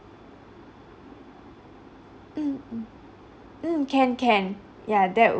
mm mm can can ya that wou~